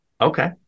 Okay